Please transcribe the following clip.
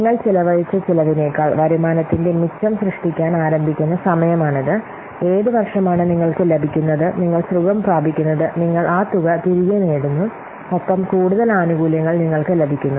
നിങ്ങൾ ചെലവഴിച്ച ചെലവിനേക്കാൾ വരുമാനത്തിന്റെ മിച്ചം സൃഷ്ടിക്കാൻ ആരംഭിക്കുന്ന സമയമാണിത് ഏത് വർഷമാണ് നിങ്ങൾക്ക് ലഭിക്കുന്നത് നിങ്ങൾ സുഖം പ്രാപിക്കുന്നത് നിങ്ങൾ ആ തുക തിരികെ നേടുന്നു ഒപ്പം കൂടുതൽ ആനുകൂല്യങ്ങൾ നിങ്ങൾക്ക് ലഭിക്കുന്നു